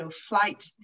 flight